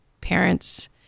parents